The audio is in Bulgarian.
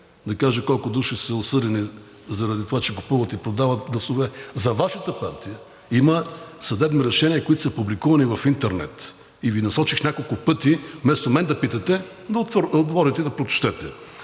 да кажа колко души са осъдени заради това, че купуват и продават гласове. За Вашата партия има съдебни решения, които са публикувани в интернет, и Ви насочих няколко пъти, вместо мен да питате, да отворите и да прочетете.